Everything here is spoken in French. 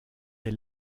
des